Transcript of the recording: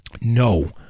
No